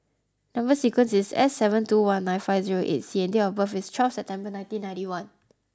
number sequence is S seven two one nine five zero eight C and date of birth is twelve September nineteen ninety one